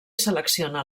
selecciona